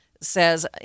says